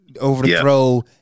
overthrow